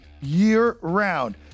year-round